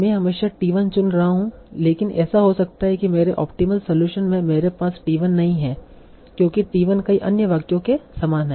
मैं हमेशा t 1 चुन रहा हूं लेकिन ऐसा हो सकता है कि मेरे ऑप्टीमल सलूशन में मेरे पास t 1 नहीं है क्योंकि t 1 कई अन्य वाक्यों के समान है